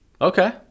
Okay